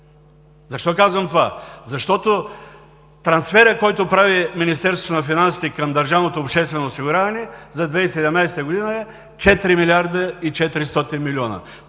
Защо казвам това? Трансферът, който прави Министерството на финансите към Държавното обществено осигуряване за 2017 г., е 4 милиарда и 400 милиона.